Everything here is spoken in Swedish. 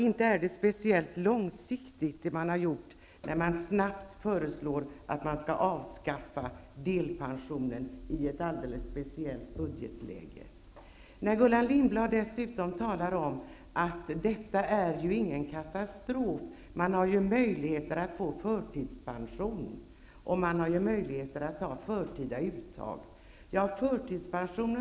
Inte är det speciellt långsiktigt när regeringen snabbt föreslår att delpensionssystemet skall avskaffas i ett alldeles speciellt budgetläge. Gullan Lindblad säger vidare att detta är ingen katastrof. Det finns ju möjligheter att få förtidspension eller förtida uttag av pension.